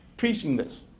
preaching this